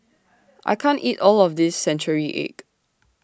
I can't eat All of This Century Egg